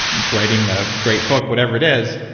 writing a great book. whatever it is.